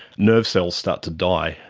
nerve cells start to die,